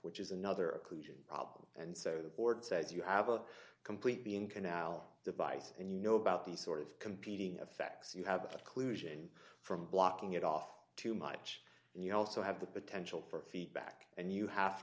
which is another occlusion problem and so the board says you have a completely in canal device and you know about these sort of competing affects you have a clue zhen from blocking it off too much and you also have the potential for feedback and you have